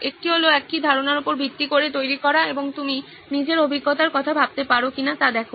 একটি হল একই ধারণার উপর ভিত্তি করে তৈরি করা এবং তুমি নিজের অভিজ্ঞতার কথা ভাবতে পারো কিনা তা দেখো